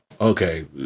okay